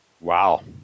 Wow